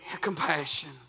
compassion